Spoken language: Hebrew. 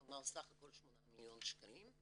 כלומר סך הכל שמונה מיליון שקלים.